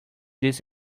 this